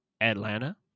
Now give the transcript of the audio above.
Atlanta